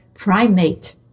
primate